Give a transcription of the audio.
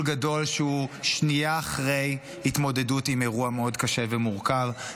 גדול שהוא שנייה אחרי התמודדות עם אירוע מאוד קשה ומורכב,